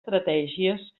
estratègies